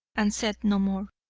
and said no more.